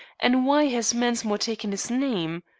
and why has mensmore taken his name?